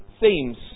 themes